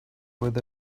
with